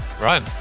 Right